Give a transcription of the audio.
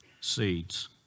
seeds